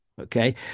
Okay